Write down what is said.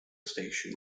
station